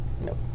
Nope